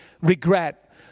regret